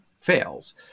fails